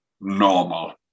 normal